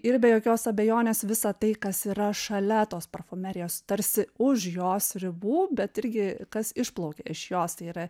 ir be jokios abejonės visa tai kas yra šalia tos parfumerijos tarsi už jos ribų bet irgi kas išplaukia iš jos tai yra